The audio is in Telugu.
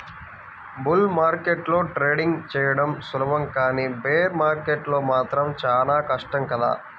బుల్ మార్కెట్లో ట్రేడింగ్ చెయ్యడం సులభం కానీ బేర్ మార్కెట్లో మాత్రం చానా కష్టం కదా